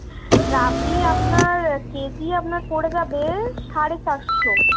রাবড়ি আপনার কেজি আপনার পরে যাবে সাড়ে চারশো